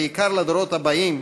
בעיקר לדורות הבאים,